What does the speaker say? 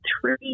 three